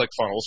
ClickFunnels